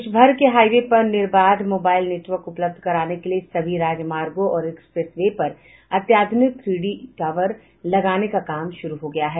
देश भर के हाईवे पर निर्बाध मोबाईल नेटवर्क उपलब्ध कराने के लिए सभी राजमार्गों और एक्सप्रेस वे पर अत्याध्रनिक थ्री जी टॉवर लगाने का काम शुरू हो गया है